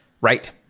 Right